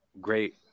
great